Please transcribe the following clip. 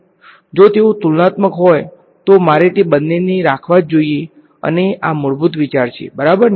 જો તેઓ તુલનાત્મક હોય તો મારે તે બંનેને રાખવા જ જોઈએ અને આ મૂળભૂત વિચાર છે બરાબરને